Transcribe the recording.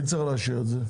מי צריך לאשר את זה?